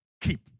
keep